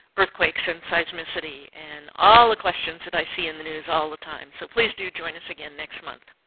earthquakes and seismicity and all the questions that i see in the news all the time. so please do join us again next month.